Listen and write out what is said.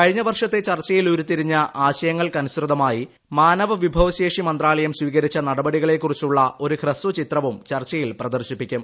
കഴിഞ്ഞ വർഷത്തെ ചർച്ചയിൽ ഉരുത്തിരിഞ്ഞ ആശയങ്ങൾക്ക് അനുസൃതമായി മാനവവിഭവശേഷി മന്ത്രാലയം സ്വീകരിച്ച നടപടികളെ കുറിച്ചുള്ള ഒരു ഹ്രസ്ഥചിത്രവും ചർച്ചയിൽ പ്രദർശിപ്പിക്കും